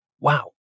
Wow